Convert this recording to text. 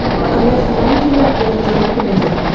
but unless major reforms are implemented,